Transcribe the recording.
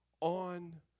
on